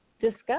discuss